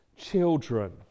children